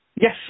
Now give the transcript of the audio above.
Yes